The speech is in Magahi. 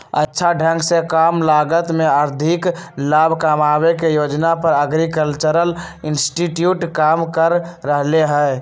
अच्छा ढंग से कम लागत में अधिक लाभ कमावे के योजना पर एग्रीकल्चरल इंस्टीट्यूट काम कर रहले है